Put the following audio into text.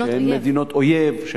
מדינות אויב.